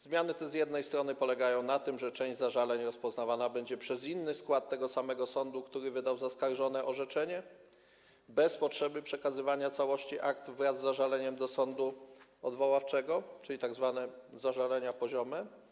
Zmiany te z jednej strony polegają na tym, że część zażaleń rozpoznawana będzie przez inny skład tego samego sądu, który wydał zaskarżone orzeczenie, bez potrzeby przekazywania całości akt wraz z zażaleniem do sądu odwoławczego, czyli są to tzw. zażalenia poziome.